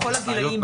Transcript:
בכל הגילים.